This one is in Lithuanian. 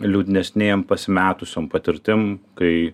liūdnesnėm pasimetusiom patirtim kai